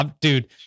dude